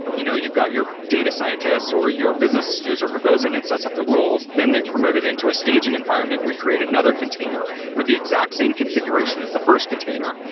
you know you've got your data scientists or your business user who goes in and sets up the rules. then they promote it into a staging environment where we create another container with the exact same configuration as the first container.